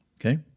Okay